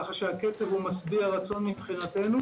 כך שהקצב משביע רצון מבחינתנו.